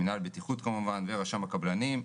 מנהל הבטיחות ורשם הקבלנים.